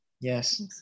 Yes